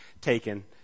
taken